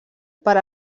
per